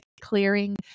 clearing